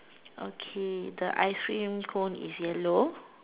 okay the ice cream cone is yellow